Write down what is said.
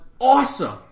awesome